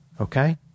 Okay